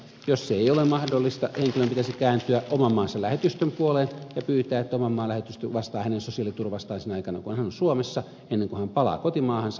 jos se ei ole mahdollista henkilön pitäisi kääntyä oman maansa lähetystön puoleen ja pyytää että oman maan lähetystö vastaa hänen sosiaaliturvastaan sinä aikana kun hän on suomessa ennen kuin hän palaa kotimaahansa